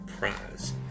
prize